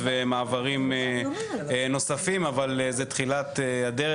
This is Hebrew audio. מי כמונו שמטפלים בתחום הגיל הרך